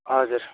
हजुर